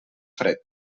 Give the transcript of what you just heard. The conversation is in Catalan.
fred